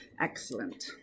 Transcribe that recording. excellent